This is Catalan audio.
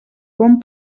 bon